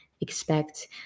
expect